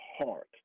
heart